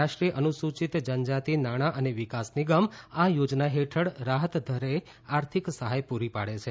રાષ્ટ્રીય અનુસૂચિત જનજાતિ નાણાં અને વિકાસ નિગમ આ યોજના હેઠળ રાહત દરે આર્થિક સહાય પૂરી પાડે છે